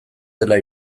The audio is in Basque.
dela